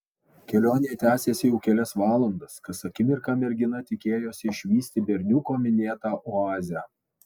kelionė tęsėsi jau kelias valandas kas akimirką mergina tikėjosi išvysti berniuko minėtą oazę